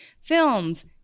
films